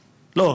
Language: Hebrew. בקריית-ארבע.